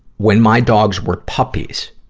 when my dogs were puppies,